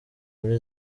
muri